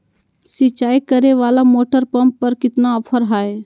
सिंचाई करे वाला मोटर पंप पर कितना ऑफर हाय?